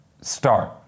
start